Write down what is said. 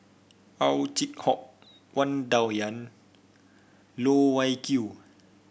Ow Chin Hock Wang Dayuan Loh Wai Kiew